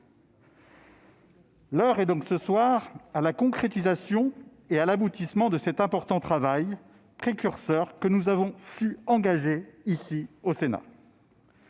l'heure est donc à la concrétisation et à l'aboutissement de cet important travail précurseur que nous avons su engager au Sénat.